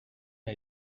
n’a